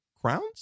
crowns